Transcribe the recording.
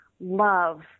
love